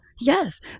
yes